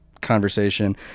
conversation